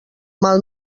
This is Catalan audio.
mal